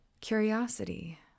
curiosity